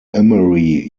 emery